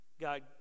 God